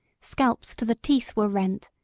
scalps to the teeth were rent,